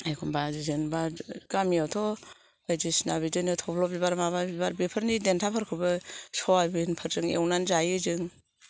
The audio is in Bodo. एखम्बा जेनेबा गामिआवथ' बायदिसिना बिदिनो थब्ल' बिबार माबा बिबार बेफोरनि देन्थाफोरखौबो सवाबिनफोरजों एवनानै जायो जों